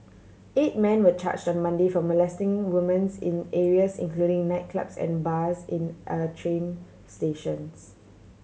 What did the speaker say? eight men were charged on Monday for molesting women's in areas including nightclubs and bars in a train stations